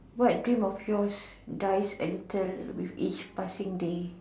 what dream of yours dies a little with each passing day